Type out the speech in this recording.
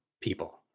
people